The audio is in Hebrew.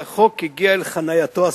והחוק הגיע אל חנייתו הסופית,